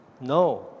No